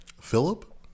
Philip